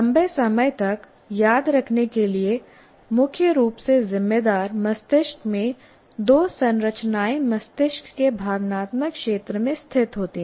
लंबे समय तक याद रखने के लिए मुख्य रूप से जिम्मेदार मस्तिष्क में दो संरचनाएं मस्तिष्क के भावनात्मक क्षेत्र में स्थित होती हैं